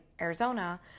Arizona